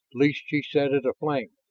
lest she set it aflame.